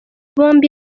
bombi